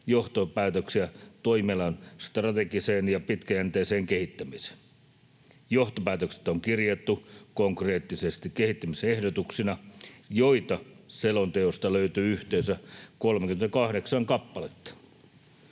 johtopäätöksiä toimialan strategiseen ja pitkäjänteiseen kehittämiseen. Johtopäätökset on kirjattu konkreettisesti kehittämisehdotuksina, joita selonteosta löytyy yhteensä 38 kappaletta.